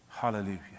Hallelujah